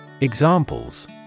Examples